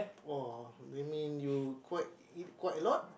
!wah! that mean you quite eat quite a lot